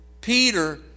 Peter